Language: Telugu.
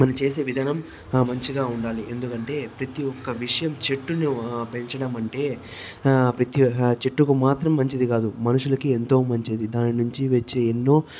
మనం చేసే విధానం మంచిగా ఉండాలి ఎందుకంటే ప్రతి ఒక్క విషయం చెట్టును పెంచడం అంటే ప్రతి చెట్టుకు మాత్రం మంచిది కాదు మనుషులకి ఎంతో మంచిది దాని నుంచి వచ్చే ఎన్నో